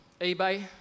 eBay